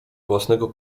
własnego